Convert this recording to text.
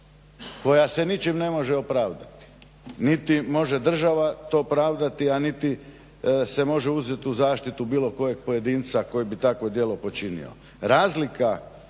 koja se ničim ne može opravdati, niti može država to pravdati, a niti se može uzet u zaštitu bilo kojeg pojedinca koji bi takvo djelo počinio. Razlika